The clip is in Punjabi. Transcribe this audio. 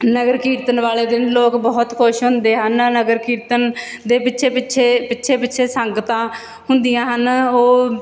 ਨਗਰ ਕੀਰਤਨ ਵਾਲੇ ਦਿਨ ਲੋਕ ਬਹੁਤ ਖੁਸ਼ ਹੁੰਦੇ ਹਨ ਨਗਰ ਕੀਰਤਨ ਦੇ ਪਿੱਛੇ ਪਿੱਛੇ ਪਿੱਛੇ ਪਿੱਛੇ ਸੰਗਤਾਂ ਹੁੰਦੀਆਂ ਹਨ ਉਹ